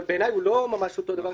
אבל בעיני הוא לא ממש אותו דבר,